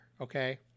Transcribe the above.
Okay